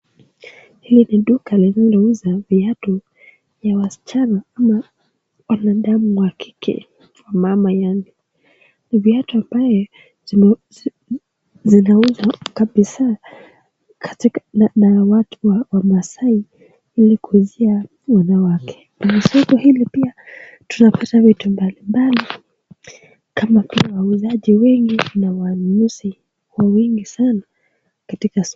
Hili ni duka linalouza viatu, ya wasichana ama wanadamu wakike mamayake, viatu ambaye zinauzwa kabisa na watu wa maasai, ili kuuzia wanawake, kwa soko hili pia tunapata vitu mbalimbali kana vile wauzaji wengi na wanunuzi wako wengi sana katika soko.